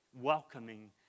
welcoming